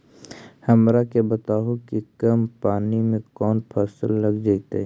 हमरा के बताहु कि कम पानी में कौन फसल लग जैतइ?